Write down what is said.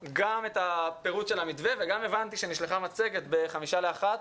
פירוט המתווה והבנתי שגם נשלחה מצגת ב-12:55.